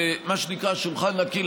במה שנקרא "שולחן נקי",